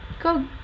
Go